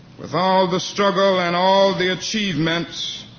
with all the struggle and all the achievements,